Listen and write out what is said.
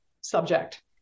subject